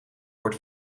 wordt